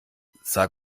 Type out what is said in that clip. sah